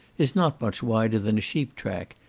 is not much wider than a sheep-track,